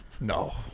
No